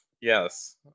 Yes